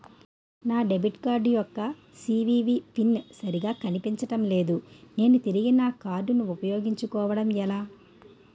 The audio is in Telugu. నా డెబిట్ కార్డ్ యెక్క సీ.వి.వి పిన్ సరిగా కనిపించడం లేదు నేను తిరిగి నా కార్డ్ఉ పయోగించుకోవడం ఎలా?